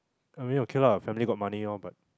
I mean okay lah family got money loh but